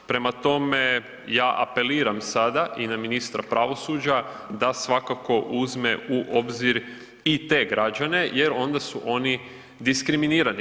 Prema tome, ja apeliram sada i na ministra pravosuđa da svakako uzme u obzir i te građane jer onda su oni diskriminirani.